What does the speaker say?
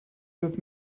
with